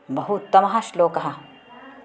बहु उत्तमः श्लोकः